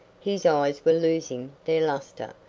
his eyes were losing their lustre,